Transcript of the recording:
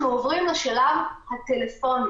כמעט 13% של אנשים שלכאורה מפירים את חובת הבידוד,